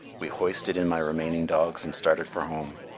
we hoisted in my remaining dogs and started for home.